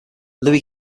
louis